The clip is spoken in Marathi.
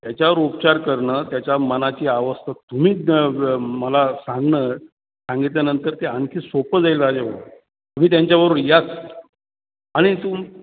त्याच्यावर उपचार करणं त्याच्या मनाची अवस्था तुम्ही मला सांगणं सांगितल्यानंतर ते आणखी सोपं जाईल राजाभाऊ तुम्ही त्यांच्याबरोबर याच आणि तुम